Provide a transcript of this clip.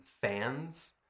fans